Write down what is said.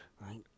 right